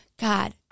God